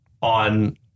on